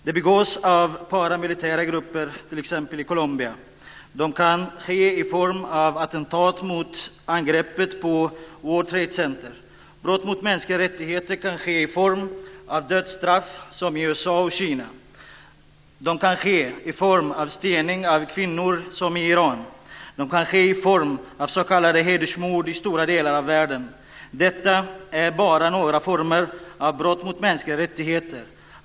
De begås av paramilitära grupper, t.ex. i Colombia. De kan ske i form av attentat, som angreppet på World Trade Center. Brott mot mänskliga rättigheter kan ske i form av dödsstraff, som i USA och Kina. De kan ske i form av stening av kvinnor, som i Iran. De kan ske i form av s.k. hedersmord i stora delar av världen. Detta är bara några former av brott mot mänskliga rättigheter.